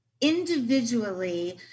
individually